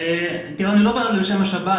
אני לא בא לפה לא בשם השבת,